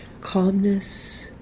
calmness